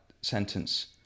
sentence